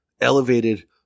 elevated